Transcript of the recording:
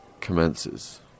commences